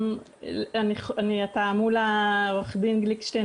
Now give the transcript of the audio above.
עו"ד גליקשטיין,